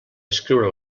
escriure